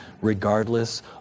regardless